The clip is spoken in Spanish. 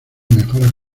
mejoras